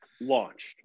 Launched